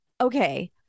Okay